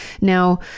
Now